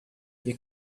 you